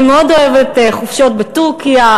אני מאוד אוהבת חופשות בטורקיה,